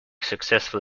successful